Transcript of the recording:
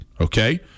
Okay